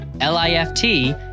L-I-F-T